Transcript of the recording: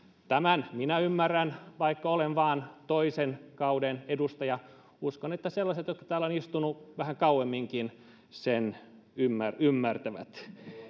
tämän minä ymmärrän vaikka olen vain toisen kauden edustaja uskon että sellaiset jotka täällä ovat istuneet vähän kauemmin sen myös ymmärtävät